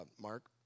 Mark